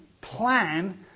plan